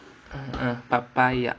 mm uh papaya